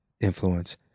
influence